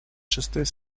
шестой